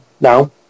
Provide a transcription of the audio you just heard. now